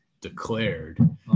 declared